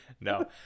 no